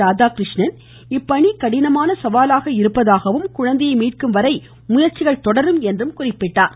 ராதாகிருஷ்ணன் இப்பணி கடினமான சவாலாக இருப்பதாகவும் குழந்தையை மீட்கும் வரை முயற்சிகள் தொடரும் என்றும் குறிப்பிட்டார்